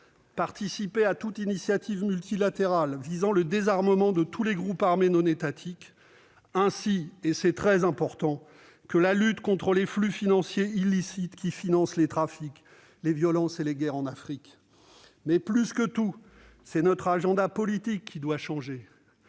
participer à toute initiative multilatérale visant le désarmement de tous les groupes armés non étatiques, ainsi- c'est très important -que la lutte contre les flux financiers illicites qui subventionnent les trafics, les violences et les guerres en Afrique. Mais, plus que tout, c'est notre agenda politique qui doit changer.